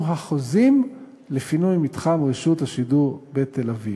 החוזים לפינוי מתחם רשות השידור בתל-אביב.